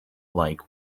like